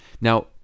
Now